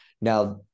Now